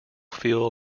feel